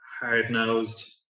hard-nosed